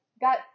got